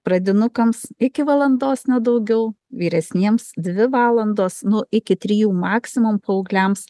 pradinukams iki valandos ne daugiau vyresniems dvi valandos nu iki trijų maksimum paaugliams